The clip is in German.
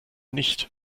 nicht